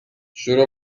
شروع